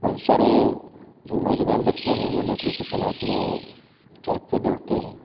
बहुस सारे जो नौजवान बच्चे हैं वो नौकरी की तलास में ट्रैक पे दौड़ते हैं